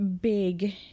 big